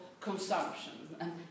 consumption